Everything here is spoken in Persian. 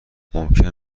ممکن